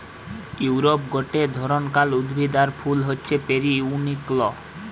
ইউরোপে গটে ধরণকার উদ্ভিদ আর ফুল হচ্ছে পেরিউইঙ্কেল